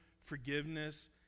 forgiveness